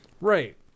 Right